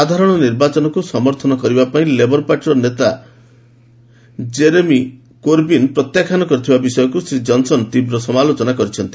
ସାଧାରଣ ନିର୍ବାଚନକୁ ସମର୍ଥନ କରିବା ପାଇଁ ଲେବର ପାର୍ଟିର ନେତା ଜେରେମି କୋରବିନ୍ ପ୍ରତ୍ୟାଖ୍ୟାନ କରିଥିବା ବିଷୟକୁ ଶ୍ରୀ ଜନ୍ସନ୍ ତୀବ୍ର ସମାଲୋଚନା କରିଛନ୍ତି